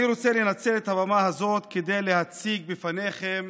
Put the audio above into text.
אני רוצה לנצל את הבמה הזאת כדי להציג בפניכם